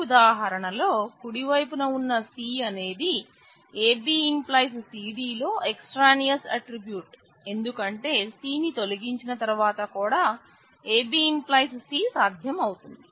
ఈ ఉదాహరణ లో కుడివైపున ఉన్న C అనేది AB → CD లో ఎక్సట్రానియోస్ ఆట్ట్రిబ్యూట్ ఎందుకంటే C ని తొలగించిన తర్వాత కూడా AB → C సాధ్యం అవుతుంది